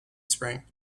spring